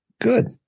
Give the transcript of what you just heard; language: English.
good